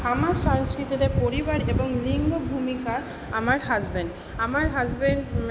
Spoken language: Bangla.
আমার সংস্কৃতিতে পরিবার এবং লিঙ্গ ভূমিকা আমার হাজব্যান্ড আমার হাজব্যান্ড